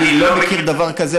אני לא מכיר דבר כזה,